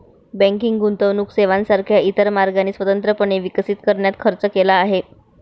banking गुंतवणूक सेवांसारख्या इतर मार्गांनी स्वतंत्रपणे विकसित करण्यात खर्च केला आहे